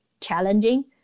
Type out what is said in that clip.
challenging